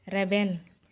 ᱨᱮᱵᱮᱱ